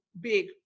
big